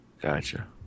Gotcha